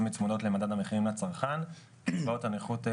היום מי שזכאי לשר"מ צריך לצבור לפחות 60% של נכות.